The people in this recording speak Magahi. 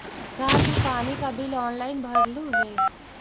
का तू पानी का बिल ऑनलाइन भरलू हे